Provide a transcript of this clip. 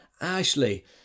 Ashley